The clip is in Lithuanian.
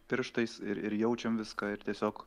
pirštais ir ir jaučiam viską ir tiesiog